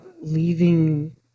leaving